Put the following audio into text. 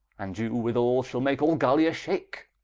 and you withall shall make all gallia shake.